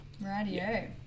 Radio